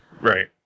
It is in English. Right